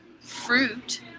fruit